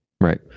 right